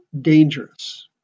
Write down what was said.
dangerous